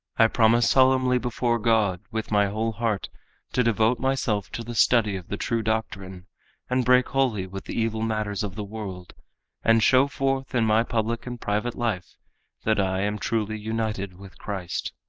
i promise solemnly before god with my whole heart to devote myself to the study of the true doctrine and break wholly with the evil manners of the world and show forth in my public and private life that i am truly united with christ.